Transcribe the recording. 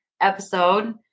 episode